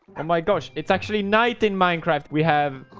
and my gosh. it's actually night in minecraft we have